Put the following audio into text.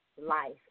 life